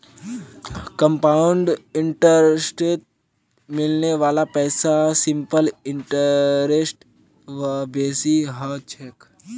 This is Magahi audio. कंपाउंड इंटरेस्टत मिलने वाला पैसा सिंपल इंटरेस्ट स बेसी ह छेक